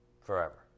forever